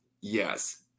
Yes